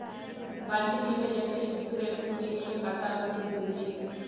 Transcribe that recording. బండి మీద ఎంత ఇన్సూరెన్సు ప్రీమియం కట్టాల్సి ఉంటుంది?